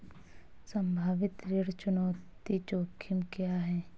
संभावित ऋण चुकौती जोखिम क्या हैं?